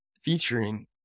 featuring